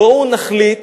בואו נחליט